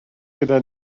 gyda